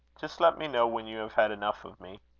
just let me know when you have had enough of me.